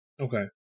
Okay